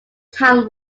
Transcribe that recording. town